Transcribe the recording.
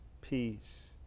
Peace